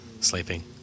sleeping